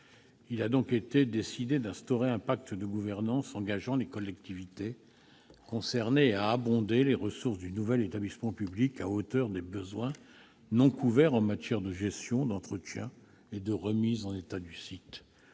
Il a donc été décidé d'instaurer un pacte de gouvernance engageant les collectivités concernées à abonder les ressources du nouvel établissement public à hauteur des besoins non couverts en matière de gestion, d'entretien et de remise en état du site.